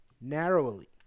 narrowly